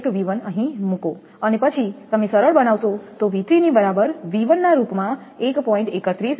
1𝑉1 અહીં મૂકો અને પછી તમે સરળ બનાવશો તો 𝑉3 બરાબર 𝑉1 ના રૂપમાં 1